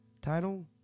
Title